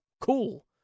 Cool